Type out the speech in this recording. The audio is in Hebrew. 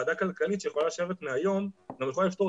ועדה כלכלית שיכולה לשבת מהיום גם יכולה לפתור